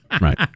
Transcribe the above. Right